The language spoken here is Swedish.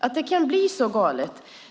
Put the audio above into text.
Att det kan bli så galet!